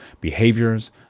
behaviors